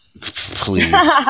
Please